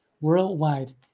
worldwide